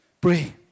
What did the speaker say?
Pray